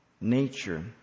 nature